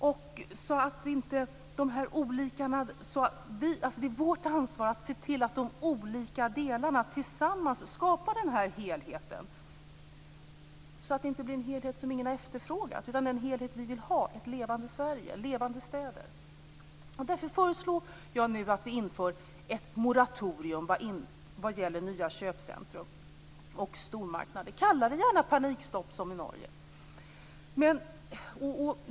Det är alltså vårt ansvar att se till att de olika delarna tillsammans skapar nämnda helhet så att det inte blir en helhet som ingen har efterfrågat, utan så att det blir en helhet som vi vill ha, nämligen ett levande Sverige och levande städer. Mot den bakgrunden föreslår jag att ett moratorium införs vad gäller nya köpcentrum och stormarknader. Kalla det gärna panikstopp, som man gör i Norge!